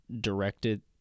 directed